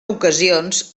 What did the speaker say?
ocasions